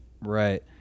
right